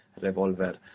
revolver